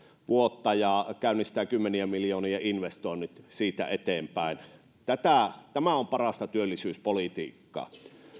käynnistää kymmenien miljoonien investoinnit siitä eteenpäin tämä on parasta työllisyyspolitiikkaa